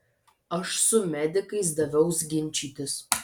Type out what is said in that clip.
aš su medikais daviaus ginčytis